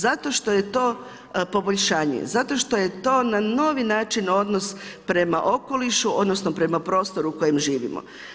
Zato što je to poboljšanje, zato što je to na novi način odnos prema okolišu, odnosno, prema prostoru koji živimo.